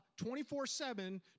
24-7